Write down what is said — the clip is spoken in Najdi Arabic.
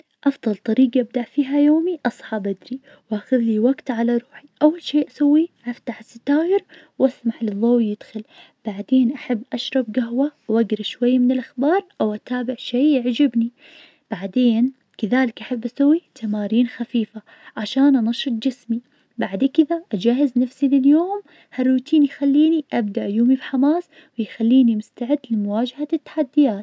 أفضل طريجة ابدا فيها يومي, أصحى بدري, وآخذلي وقت على روحي, أول شي اسويه, أفتح الستاير, واسمح للضو يدخل, بعدين أحب أشرب جهوة واجرا شوي من الاخبار, أو اتابع شي يعجبني, بعدين كذلك حب اسوي تمارين خفيفة, عشان انشط جسمي, بعد كده أجهز نفسي لليوم, هالروتين يخليني أبدأ يومي بحماس, ويخليني مستعد لمواجهة التحديات.